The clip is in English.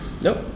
Nope